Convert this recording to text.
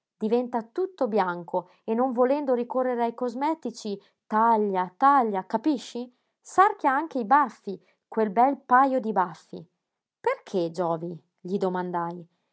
diventa tutto bianco e non volendo ricorrere ai cosmetici taglia taglia capisci sarchia anche i baffi quel bel pajo di baffi perché giovi gli domandai